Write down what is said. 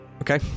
Okay